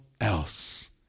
else